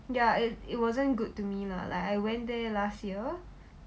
ya it wasn't good to me lah like I went there last year